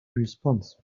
response